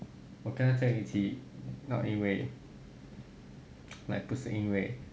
我跟在一起 not 因为 like 不是因为